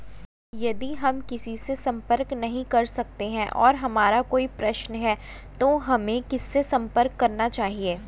यदि हम किसी से संपर्क नहीं कर सकते हैं और हमारा कोई प्रश्न है तो हमें किससे संपर्क करना चाहिए?